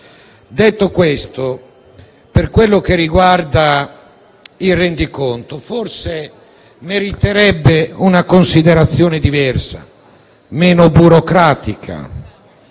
Detto questo, per quello che riguarda il rendiconto, forse esso meriterebbe una considerazione diversa, meno burocratica,